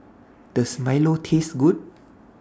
Does Milo Taste Good